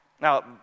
Now